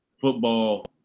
football